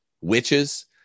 witches